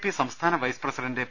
P സംസ്ഥാന vice president P